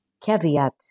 caveat